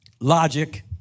logic